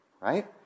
right